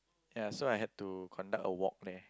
ya so I had to conduct a walk there